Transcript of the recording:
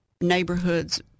neighborhoods